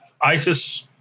ISIS